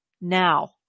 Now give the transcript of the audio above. Now